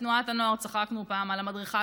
בתנועת הנוער צחקנו פעם על המדריכה,